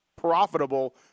profitable